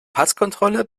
passkontrolle